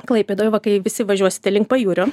klaipėdoj va kai visi važiuosite link pajūrio